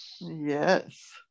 Yes